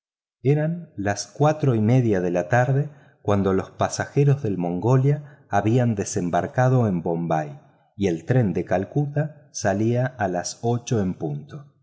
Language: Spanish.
eran las cuatro y media de la tarde cuando los pasajeros del mongolia habían desembarcado en bombay y el tren de calcuta salía a las ocho en punto